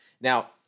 Now